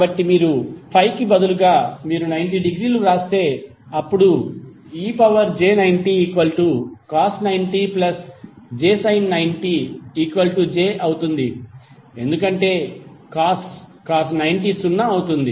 కాబట్టి మీరు ∅కి బదులుగా మీరు 90 డిగ్రీలు వ్రాస్తే అప్పుడు ej90cos90jsin90j అవుతుంది ఎందుకంటే కాస్ 90 సున్నా అవుతుంది